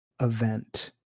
event